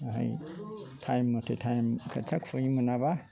time मथे time खोथिया खुयैनो मोनाब्ला